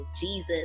Jesus